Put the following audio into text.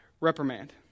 reprimand